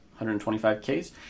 125Ks